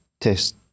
test